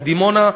בדימונה,